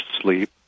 sleep